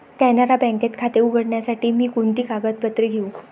कॅनरा बँकेत खाते उघडण्यासाठी मी कोणती कागदपत्रे घेऊ?